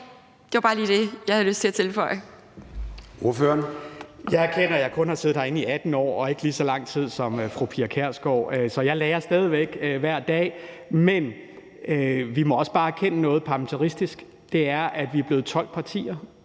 Gade): Ordføreren. Kl. 10:05 Michael Aastrup Jensen (V): Jeg erkender, at jeg kun har siddet herinde i 18 år og ikke lige så lang tid som fru Pia Kjærsgaard, så jeg lærer stadig væk hver dag. Men vi må også bare erkende noget parlamentarisk. Det er, at vi er blevet 12 partier.